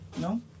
No